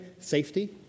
safety